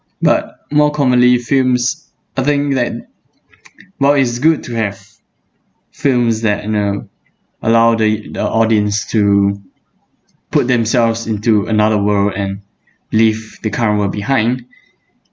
but more commonly films I think that while it's good to have films that you know allow the the audience to put themselves into another world and leave the current world behind